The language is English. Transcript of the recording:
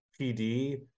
PD